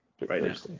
right